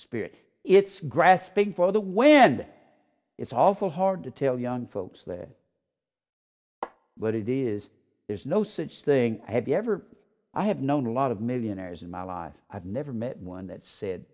spirit it's grasping for the way and it's also hard to tell young folks there what it is there's no such thing i have ever i have known a lot of millionaires in my life i've never met one that said